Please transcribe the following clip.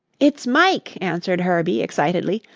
it's mike! answered herbie, excitedly.